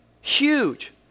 Huge